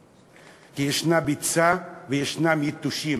כי יש ביצה, ויש יתושים.